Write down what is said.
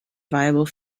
viable